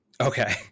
okay